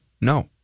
No